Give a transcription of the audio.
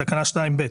תקנה 2(ב)